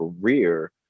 career